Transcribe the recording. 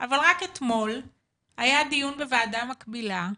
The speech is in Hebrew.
אבל רק אתמול היה דיון בוועדה מקבילה,